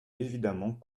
évidemment